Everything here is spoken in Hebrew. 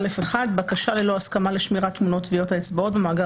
"בקשה ללא הסכמה לשמירת תמונות טביעות האצבעות במאגר